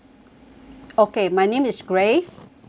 okay my name is grace